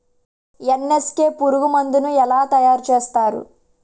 NSK పురుగు మందు ను ఎలా తయారు చేస్తారు?